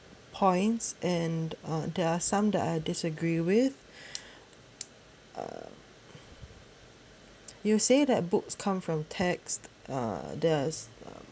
points and uh there are some that I disagree with err you say that books come from text uh there's